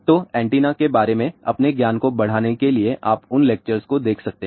तो एंटेना के बारे में अपने ज्ञान को बढ़ाने के लिए आप उन लेक्चर्स को देख सकते हैं